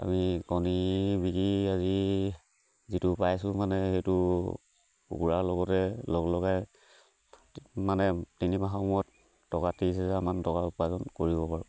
আমি কণী বিকি আজি যিটো পাইছোঁ মানে সেইটো কুকুুৰাৰ লগতে লগ লগাই মানে তিনিমাহৰ মূৰত টকা ত্ৰিছ হোজাৰমান টকা উপাৰ্জন কৰিব পাৰোঁ